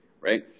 right